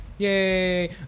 Yay